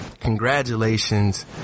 congratulations